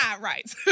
right